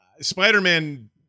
Spider-Man